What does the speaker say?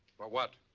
for what?